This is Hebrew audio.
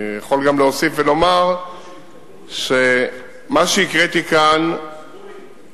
אני יכול גם להוסיף ולומר שמה שהקראתי כאן נכון,